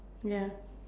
ya